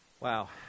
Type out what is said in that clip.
Wow